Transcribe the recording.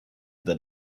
that